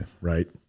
right